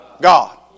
God